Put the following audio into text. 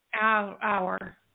hour